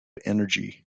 energy